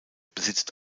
besitzt